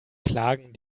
klagen